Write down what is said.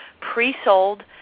pre-sold